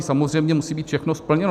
Samozřejmě musí být všechno splněno.